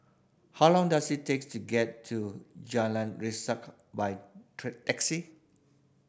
how long does it takes to get to Jalan Resak by taxi